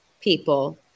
people